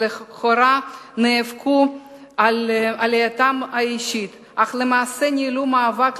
שלכאורה נאבקו על עלייתם האישית אך למעשה ניהלו מאבק